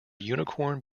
unicorn